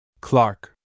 Clark